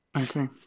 Okay